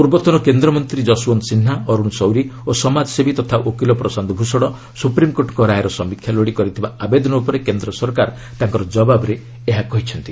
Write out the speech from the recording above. ପୂର୍ବତନ କେନ୍ଦ୍ରମନ୍ତ୍ରୀ ଯଶଓ୍ୱନ୍ତ ସିହ୍ନା ଅରୁଣ ସୌରୀ ଓ ସମାଜସେବୀ ତଥା ଓକିଲ ପ୍ରଶାନ୍ତ ଭୂଷଣ ସୁପ୍ରିମ୍କୋର୍ଟଙ୍କ ରାୟର ସମୀକ୍ଷା ଲୋଡ଼ି କରିଥିବା ଆବେଦନ ଉପରେ କେନ୍ଦ୍ର ସରକାର ତାଙ୍କର ଜବାବରେ ଏହା କହିଛନ୍ତି